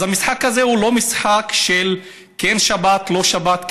אז המשחק הזה הוא לא משחק של כן שבת או לא שבת,